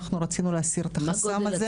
אנחנו רצינו להסיר את החסם הזה.